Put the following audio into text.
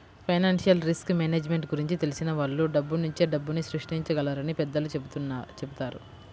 financial risk management గురించి తెలిసిన వాళ్ళు డబ్బునుంచే డబ్బుని సృష్టించగలరని పెద్దలు చెబుతారు